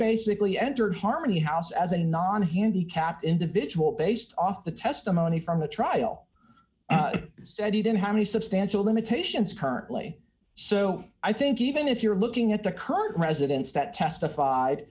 basically entered harmony house as a non handicapped individual based off the testimony from the trial said he didn't have any substantial limitations currently so i think even if you're looking at the current residents that testified